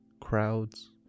Crowds